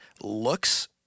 looks